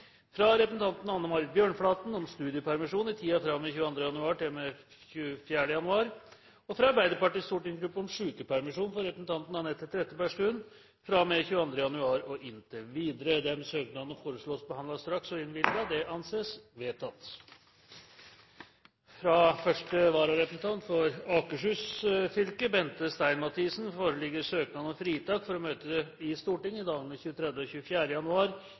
fra representanten Anne Marit Bjørnflaten om studiepermisjon i tiden fra og med 22. januar til og med 24. januar fra Arbeiderpartiets stortingsgruppe om sykepermisjon for representanten Annette Trettebergstuen fra og med 22. januar og inntil videre Disse søknadene foreslås behandlet straks og innvilges. – Det anses vedtatt. Fra første vararepresentant for Akershus fylke, Bente Stein Mathisen, foreligger søknad om fritak for å møte i Stortinget i dagene 23. og 24. januar